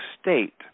state